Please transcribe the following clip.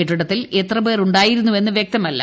കെട്ടിടത്തിൽ എത്ര പേർ ഉണ്ടായിരുന്നുവെന്ന് വൃക്തമല്ല